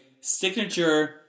signature